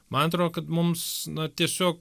man atrodo kad mums na tiesiog